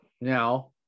Now